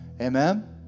Amen